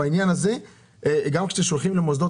אנחנו ככלל מוסדות